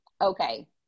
Okay